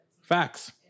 Facts